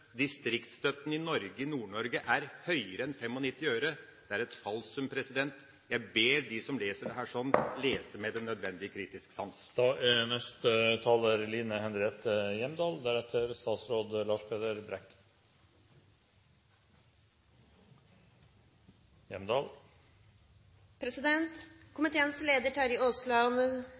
Distriktsstøtten i Norge, i Nord-Norge, er høyere enn 95 øre. Det er et falsum. Jeg ber dem som leser dette, lese med den nødvendige kritiske sans.